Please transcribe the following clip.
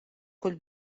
kull